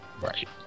Right